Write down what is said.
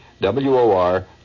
W-O-R